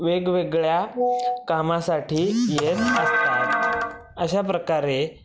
वेगवेगळ्या कामासाठी येत असतात अशा प्रकारे